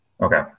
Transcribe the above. okay